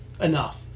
enough